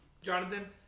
Jonathan